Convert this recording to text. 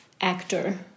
actor